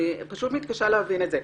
אני פשוט מתקשה להבין את זה.